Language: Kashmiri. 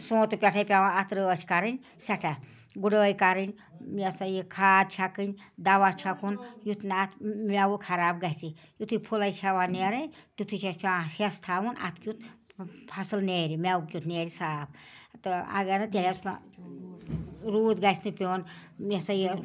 سۄنٛتہٕ پٮ۪ٹھٕے پٮ۪وان اَتھ رٲچھ کَرٕنۍ سٮ۪ٹھاہ گُڑٲیۍ کَرٕنۍ یہِ ہسا یہِ کھاد چھکٕنۍ دوا چھکُن یُتھ نہٕ اَتھ مٮ۪وٕ خراب گژھِ یُتھٕے فُلٕے چھِ ہٮ۪وان نٮ۪رٕنۍ تیُتھٕے چھِ اَسہِ پٮ۪وان ہِس تھاوُن اَتھ کیُتھ فَصل نٮ۪رِ مٮ۪وٕ کیُتھ نٮ۪رِ صاف تہٕ اگر نہٕ تیٚلہِ حظ روٗد گۄژھ نہٕ پیوٚن یِہ ہسا یہِ